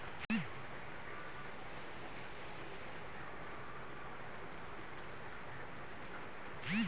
सामाजिक योजना लात निजी कम्पनीर कोए हस्तक्षेप नि होवा चाहि